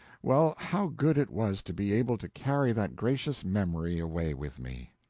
well, how good it was to be able to carry that gracious memory away with me!